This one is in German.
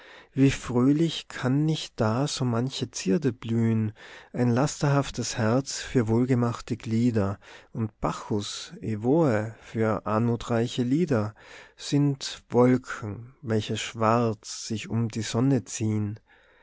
wie fröhlich kann nicht da so manche zierde blühn ein lasterhaftes herz für wohlgemachte glieder und bacchus evoe für anmutreiche lieder sind wolken welche schwarz sich um die sonne ziehn